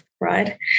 right